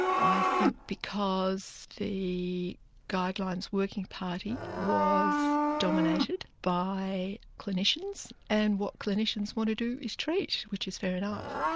i think because the guidelines working party was dominated by clinicians, and what clinicians want to do is treat, which is fair enough.